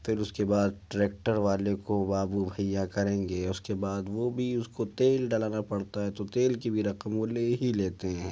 پھر اس کے بعد ٹریکٹر والے کو بابو بھیا کریں گے اس کے وہ بھی اس کو تیل ڈلانا پڑتا ہے تو تیل کی بھی رقم وہ لے ہی لیتے ہیں